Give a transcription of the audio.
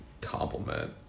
Compliment